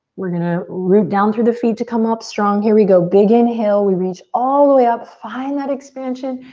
we're gonna root down through the feet to come up strong. here we go, big inhale. we reach all the way up. find that expansion.